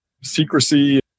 secrecy